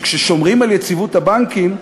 כאשר שומרים על יציבות הבנקים,